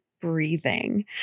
breathing